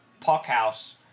Puckhouse